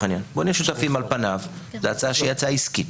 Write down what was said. על פניו זו הצעה שהיא הצעה עסקית,